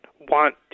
want